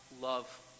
love